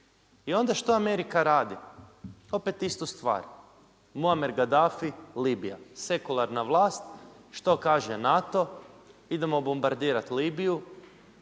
I onda što Amerika radi? opet istu stvar, Moammar Gaddafi Libija, sekularna vlast, što kaže NATO, idemo bombardirat Libiju